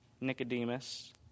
Nicodemus